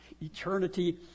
eternity